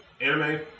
Anime